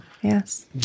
yes